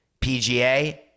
pga